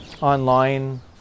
online